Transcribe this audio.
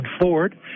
Ford